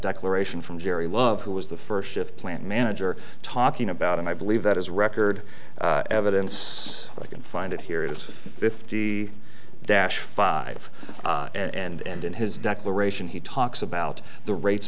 declaration from jerry love who was the first shift plant manager talking about and i believe that his record evidence i can find it here is fifty dash five and in his declaration he talks about the rates